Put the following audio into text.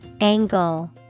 Angle